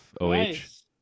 O-H